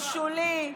הוא שולי,